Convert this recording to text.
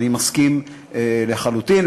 אני מסכים לחלוטין.